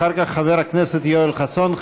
אחר כך חבר הכנסת יואל חסון,